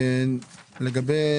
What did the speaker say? בבקשה, לגבי